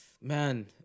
man